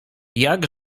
jak